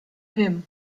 him